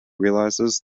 realizes